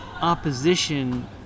opposition